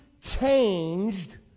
changed